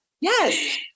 Yes